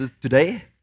today